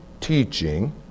teaching